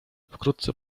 wkrótce